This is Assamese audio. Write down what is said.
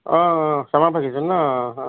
অঁ চামাৰ ভেকেশ্বন ন অঁ